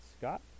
Scott